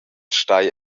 stai